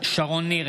שרון ניר,